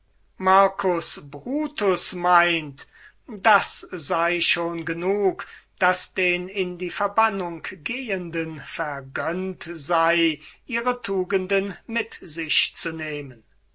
marcus brutus meint das sei schon genug daß den in die verbannung gehenden vergönnt sei ihre tugenden mit sich zu nehmen